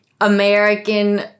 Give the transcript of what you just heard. American